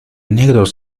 negros